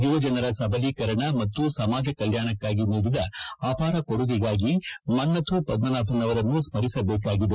ಯುವಜನರ ಸಬಲೀಕರಣ ಮತ್ತು ಸಮಾಜ ಕಲ್ಲಾಣಕಾಗಿ ನೀಡಿದ ಅಪಾರ ಕೊಡುಗೆಗಾಗಿ ಮನ್ನಥು ಪದ್ಗನಾಭನ್ ಅವರನ್ನು ಸ್ತರಿಸಬೇಕಾಗಿದೆ